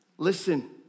Listen